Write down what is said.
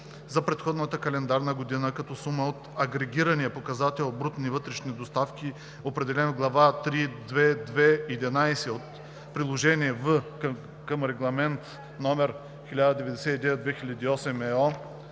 за предходната календарна година, като сума от агрегирания показател „брутни вътрешни доставки", определен в глава 3.2.2.11 от приложение В към Регламент (ЕО) № 1099/2008;